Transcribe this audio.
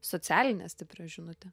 socialinę stiprią žinutę